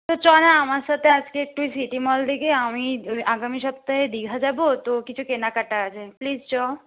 তো চ না আমার সাথে আজকে একটু সিটি মলের দিকে আমি আগামী সপ্তাহে দীঘা যাব তো কিছু কেনাকাটা আছে প্লিজ চ